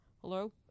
Hello